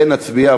כן נצביע.